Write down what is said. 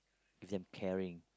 give them caring